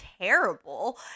terrible